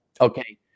Okay